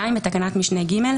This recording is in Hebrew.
(2) בתקנת משנה (ג),